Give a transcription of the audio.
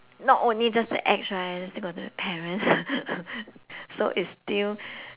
not only just the ex right then still got the parents so it's still